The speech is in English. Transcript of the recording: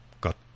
got